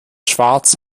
schwarz